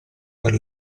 per